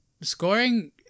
scoring